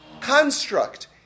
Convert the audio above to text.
construct